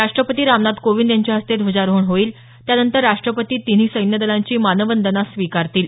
राष्ट्रपती रामनाथ कोविंद यांच्या हस्ते ध्वजारोहण होईल त्यानंतर राष्ट्रपती तिन्ही सैन्य दलांची मानवंदना स्वीकारतील